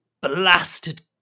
blasted